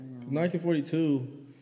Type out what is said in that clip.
1942